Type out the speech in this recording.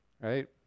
Right